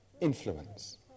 influence